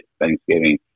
Thanksgiving